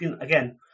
again